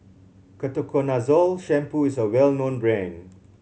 Ketoconazole Shampoo is a well known brand